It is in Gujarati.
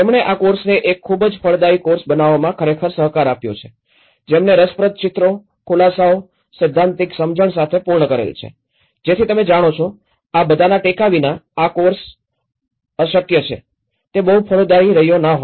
જેમણે આ કોર્સને એક ખૂબ જ ફળદાયી કોર્સ બનાવવામાં ખરેખર સહકાર આપ્યો છે જેમને રસપ્રદ ચિત્રો ખુલાસાઓ સૈદ્ધાંતિક સમજણ સાથે પૂર્ણ કરેલ છે જેથી તમે જાણો છો આ બધાના ટેકા વિના આ કોર્સ છે તે બહુ ફળદાયી રહ્યો ના હોત